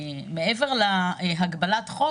מעבר להגבלת החוק,